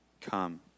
Come